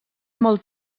molt